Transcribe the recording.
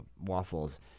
waffles